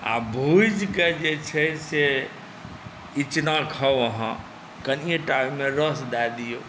आ भुजि कऽ जे छै से इचना खाउ अहाँ कनिएटा ओहिमे रस दए दियौ